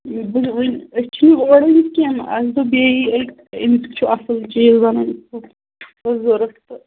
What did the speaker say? بُہوٕنۍ أسۍ چھِ نہٕ اور آمٕتۍ کیٚنٛہہ البتہٕ بیٚیہِ یِیہِ أڈۍ امیُک چھُ اصٕل چیٖز وَنان یِتھٕ پٲٹھۍ اوس ضروٗرت تہٕ